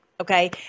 Okay